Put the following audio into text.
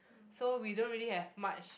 so we don't really have much